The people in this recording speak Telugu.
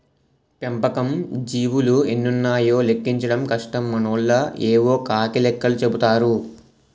పెంపకం జీవులు ఎన్నున్నాయో లెక్కించడం కష్టం మనోళ్లు యేవో కాకి లెక్కలు చెపుతారు